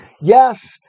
yes